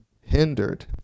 hindered